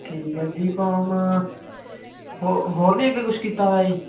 ਠੀਕ ਹੈ ਬੀਕੌਮ ਹੋਰ ਹੋਰ ਨਹੀਂ ਅੱਗੇ ਕੁਛ ਕੀਤਾ ਹੋਇਆ ਜੀ